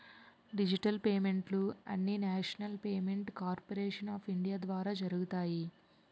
digital పేమెంట్లు అన్నీనేషనల్ payment corporation of India ద్వారా జరుగుతాయి